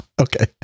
Okay